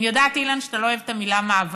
אני יודעת, אילן, שאתה לא אוהב את המילה "מאבק",